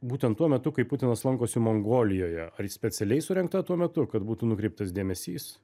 būtent tuo metu kai putinas lankosi mongolijoje ar ji specialiai surengta tuo metu kad būtų nukreiptas dėmesys